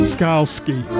Skalski